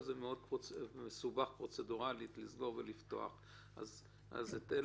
מאוד מסובך פרוצדורלית לסגור ולפתוח עכשיו את השידור.